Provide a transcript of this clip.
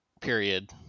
period